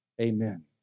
Amen